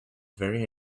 very